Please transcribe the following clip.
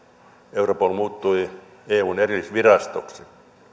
europol muuttui eun erillisvirastoksi